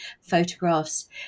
photographs